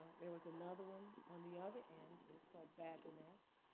there was another one on the other end. it was called bazinecks.